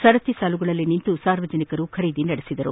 ಸರತಿ ಸಾಲುಗಳಲ್ಲಿ ನಿಂತು ಸಾರ್ವಜನಿಕರು ಖರೀದಿ ನಡೆಸಿದರು